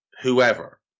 whoever